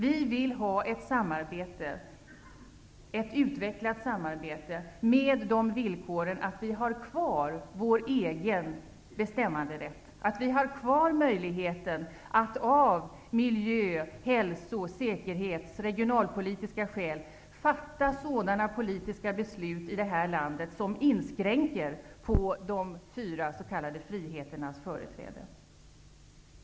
Vi vill ha ett utvecklat samarbete med de villkoren att Sverige har kvar sin egen bestämmelserätt, dvs. har kvar möjligheten att av miljö-, hälso-, säkerhets eller regionalpolitiska skäl fatta sådana politiska beslut som inskränker på de fyra s.k. friheternas företräden.